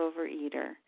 overeater